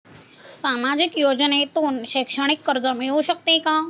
सामाजिक योजनेतून शैक्षणिक कर्ज मिळू शकते का?